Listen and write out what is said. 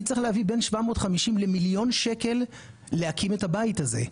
אני צריך להבין בין 750 למיליון שקלים להקים את הבית הזה.